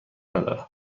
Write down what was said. ندارم